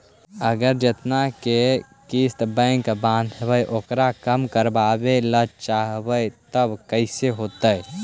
अगर जेतना के किस्त बैक बाँधबे ओकर कम करावे ल चाहबै तब कैसे होतै?